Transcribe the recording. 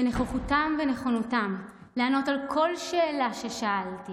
בנוכחותם ונכונותם לענות על כל שאלה ששאלתי